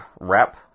rep